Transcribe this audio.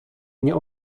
nie